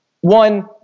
One